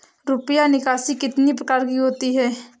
रुपया निकासी कितनी प्रकार की होती है?